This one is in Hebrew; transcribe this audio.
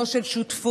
לא של שותפות,